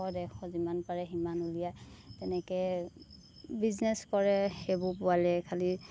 এশ ডেৰশ যিমান পাৰে সিমান ওলিয়ায় তেনেকৈ বিজনেছ কৰে সেইবোৰ পোৱালীৰে খালি